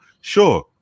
Sure